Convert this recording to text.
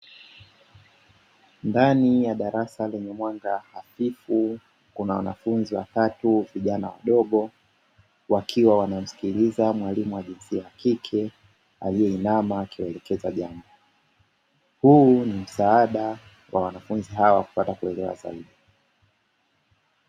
Ndani ya darasa lenye mwanga hafifu kuna wanafunzi watatu vijana wadogo wakiwa wanamsikiliza mwalimu wa jinsia ya kike aliyeinama akiwaelekeza jambo, huu ni msaada kwa wanafunzi hao katika kuelewa zaidi.